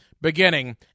beginning